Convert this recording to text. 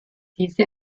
diese